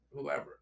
whoever